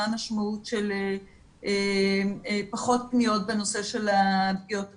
מה המשמעות של פחות פניות בנושא של הפגיעות הפיזיות.